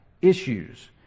issues